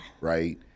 right